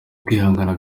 kwihangana